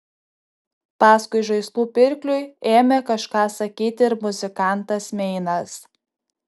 paskui žaislų pirkliui ėmė kažką sakyti ir muzikantas meinas